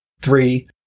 Three